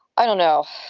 i don't know,